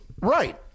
Right